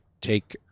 take